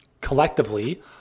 collectively